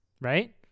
right